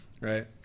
right